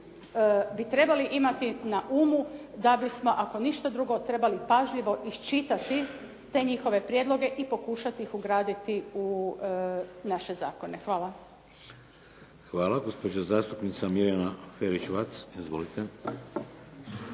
bi trebali imati na umu da bismo ako ništa drugo trebali pažljivo iščitati te njihove prijedloge i pokušati ih ugraditi u naše zakone. Hvala. **Šeks, Vladimir (HDZ)** Hvala. Gospođa zastupnica Mirjana Ferić-Vac. Izvolite.